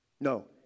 No